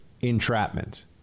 entrapment